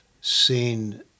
seen